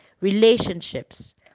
relationships